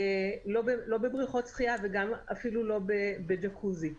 לא בבריכות שחייה, ואפילו לא בג'קוזי.